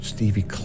Stevie